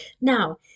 Now